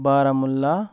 Baramulla